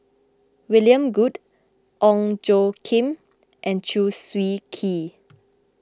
William Goode Ong Tjoe Kim and Chew Swee Kee